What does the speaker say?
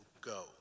go